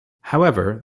however